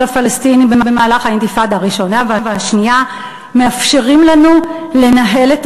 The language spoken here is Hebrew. לפלסטינים במהלך האינתיפאדה הראשונה והשנייה מאפשרים לנו לנהל את